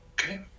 okay